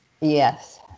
Yes